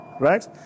right